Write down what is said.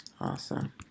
Awesome